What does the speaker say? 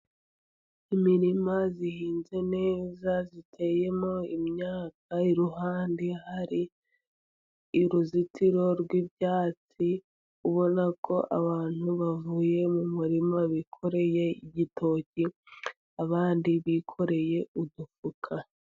Imirima ihinze neza, iteyemo imyaka, iruhande hari yo uruzitiro rw'ibyatsi, ubona ko abantu bavuye mu murima bikoreye igitoki, abandi bikoreye udufuka.